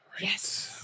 Yes